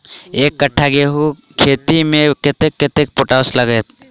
एक कट्ठा गेंहूँ खेती मे कतेक कतेक पोटाश लागतै?